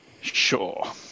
Sure